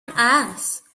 ass